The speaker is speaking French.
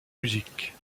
musique